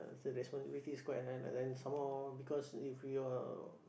so the responsibilities quite high lah then some more because if your